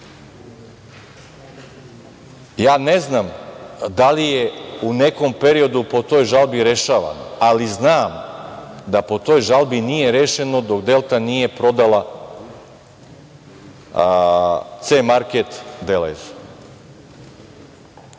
Ne znam da li je u nekom periodu po toj žalbi rešavano, ali znam da po toj žalbi nije rešeno dok „Delta“ nije prodala „C market“